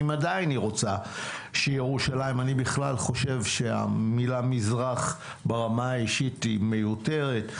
אם עדיין היא רוצה אני בכלל חושב שהמילה מזרח ברמה האישית היא מיותרת,